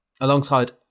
alongside